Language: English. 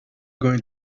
going